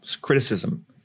criticism